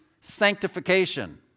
sanctification